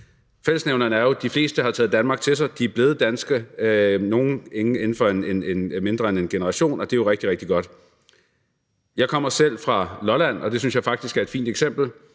Fællesnævneren er jo, at de fleste har taget Danmark til sig. De er blevet danske – og nogle i løbet af en generation, og det er jo rigtig, rigtig godt. Jeg kommer selv fra Lolland, og Lolland synes jeg faktisk er et fint eksempel